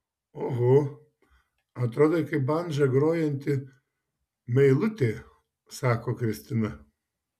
oho atrodai kaip bandža grojanti meilutė sako kristina